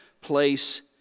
place